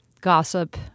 gossip